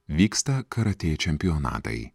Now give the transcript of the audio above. vyksta karatė čempionatai